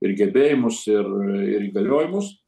ir gebėjimus ir ir įgaliojimus